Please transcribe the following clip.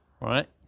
right